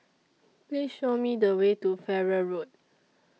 Please Show Me The Way to Farrer Road